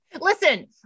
listen